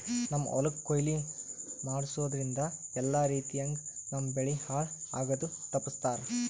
ನಮ್ಮ್ ಹೊಲಕ್ ಕೊಯ್ಲಿ ಮಾಡಸೂದ್ದ್ರಿಂದ ಎಲ್ಲಾ ರೀತಿಯಂಗ್ ನಮ್ ಬೆಳಿ ಹಾಳ್ ಆಗದು ತಪ್ಪಸ್ತಾರ್